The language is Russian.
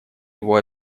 его